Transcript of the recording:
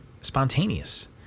spontaneous